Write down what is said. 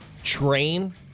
Train